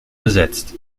besetzt